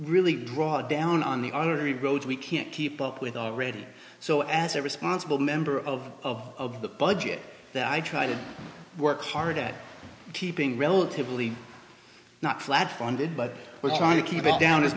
really draw down on the other three roads we can't keep up with already so as a responsible member of the budget that i try to work hard at keeping relatively not flat funded but we're trying to keep it down as